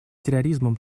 терроризмом